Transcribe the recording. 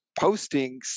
postings